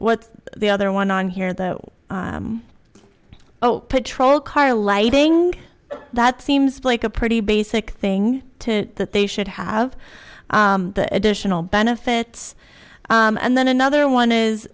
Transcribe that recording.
what the other one on here though oh patrol car lighting that seems like a pretty basic thing to that they should have the additional benefits and then another one is